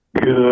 Good